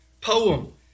poem